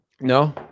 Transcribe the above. No